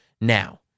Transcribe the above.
now